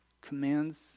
commands